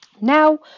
Now